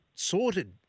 Sorted